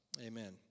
Amen